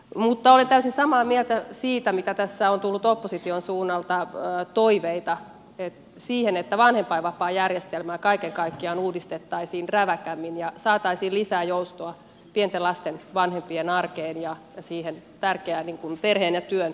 mutta olen täysin samaa mieltä siitä mitä tässä on tullut opposition suunnalta toiveita että vanhempainvapaajärjestelmää kaiken kaikkiaan uudistettaisiin räväkämmin ja saataisiin lisää joustoa pienten lasten vanhempien arkeen ja siihen tärkeään perheen ja työn yhteensovittamiseen